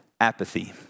Apathy